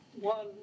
one